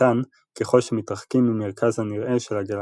תקטן ככל שמתרחקים ממרכז הנראה של הגלקסיה,